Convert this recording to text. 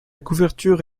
couverture